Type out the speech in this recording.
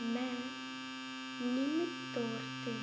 ਮੈਂ ਨਿਮਿਤ ਤੌਰ 'ਤੇ